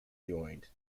joined